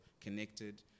connected